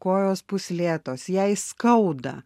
kojos pūslėtos jai skauda